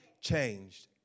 changed